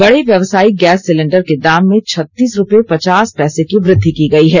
बड़े व्यवसायिक gas cylinder के दाम में छत्तीस रूपये पचास पैसे की वृद्धि की गई है